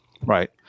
right